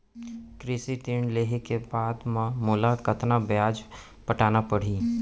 कृषि ऋण लेहे के बाद म मोला कतना ब्याज पटाना पड़ही?